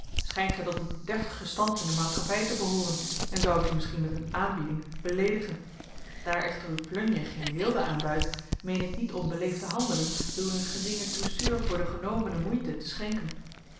schijnt gij tot een deftigen stand in de maatschappij te behooren en zou ik u misschien met een aanbieding beleedigen daar echter uw plunje geen weelde aanduidt meen ik niet onbeleefd te handelen door u een geringe douceur voor de genomene moeite te schenken